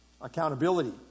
accountability